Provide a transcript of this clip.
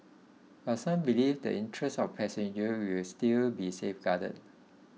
but some believe the interests of passenger will still be safeguarded